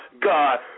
God